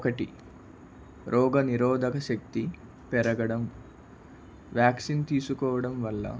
ఒకటి రోగనిరోధక శక్తి పెరగడం వ్యాక్సిన్ తీసుకోవడం వల్ల